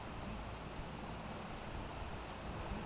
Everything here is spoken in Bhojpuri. बलुई मिट्टी में सबसे बढ़ियां फसल कौन कौन होखेला?